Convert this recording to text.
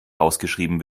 ausgeschrieben